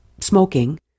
smoking